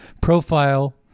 profile